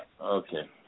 okay